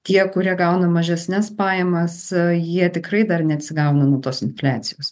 tie kurie gauna mažesnes pajamas jie tikrai dar neatsigavo nuo tos infliacijos